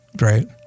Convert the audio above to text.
Right